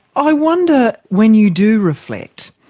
i wonder when you do reflect,